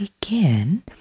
begin